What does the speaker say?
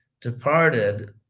departed